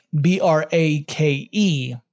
B-R-A-K-E